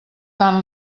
tant